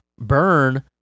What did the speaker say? burn